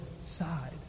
side